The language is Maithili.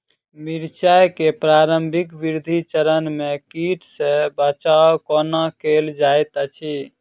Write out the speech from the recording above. मिर्चाय केँ प्रारंभिक वृद्धि चरण मे कीट सँ बचाब कोना कैल जाइत अछि?